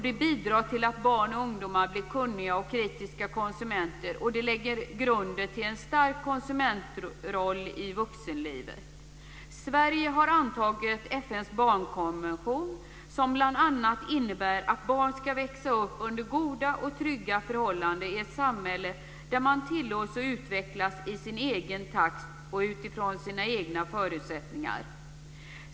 Det bidrar till att barn och ungdomar blir kunniga och kritiska konsumenter, och det lägger grunden till en stark konsumentroll i vuxenlivet. Sverige har antagit FN:s barnkonvention. Den innebär bl.a. att barn ska växa upp under goda och trygga förhållanden i ett samhälle där de tillåts att utvecklas i sin egen takt och utifrån sina egna förutsättningar.